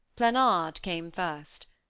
planard came first.